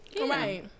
right